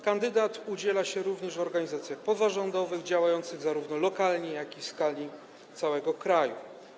Kandydat udziela się również w organizacjach pozarządowych działających zarówno lokalnie, jak i w skali całego kraju.